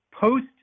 post